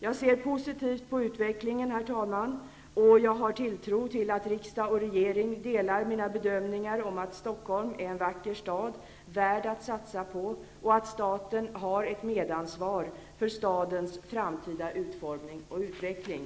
Jag ser positivt på utvecklingen och har tilltro till att riksdag och regering delar mina bedömningar om att Stockholm är en vacker stad, värd att satsa på, och att staten har ett medansvar för stadens framtida utformning och utveckling.